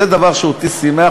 זה דבר שאותי שימח,